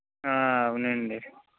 అవునండి